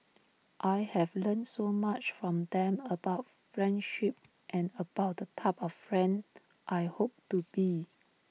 I have learnt so much from them about friendship and about the type of friend I hope to be